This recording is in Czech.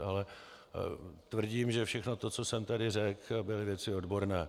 Ale tvrdím, že všechno to, co jsem tady řekl, byly věci odborné.